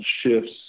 shifts